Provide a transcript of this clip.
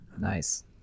Nice